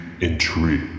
intrigue